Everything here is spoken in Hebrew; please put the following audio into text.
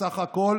סך הכול